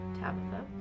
Tabitha